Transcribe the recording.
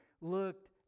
looked